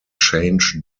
change